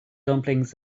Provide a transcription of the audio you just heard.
dumplings